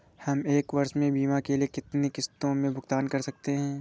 हम एक वर्ष में बीमा के लिए कितनी किश्तों में भुगतान कर सकते हैं?